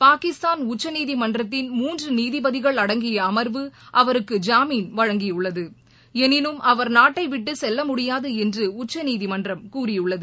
பாகிஸ்தான் உச்சநீதிமன்றத்தின் மூன்றுநீதிபதிகள் அடங்கிய அமர்வு அவருக்கு ஜாமீன் வழங்கியுள்ளது எனினும் அவர் நாட்டைவிட்டுசெல்லமுடியாதுஎன்றுஉச்சநீதிமன்றம் கூறியுள்ளது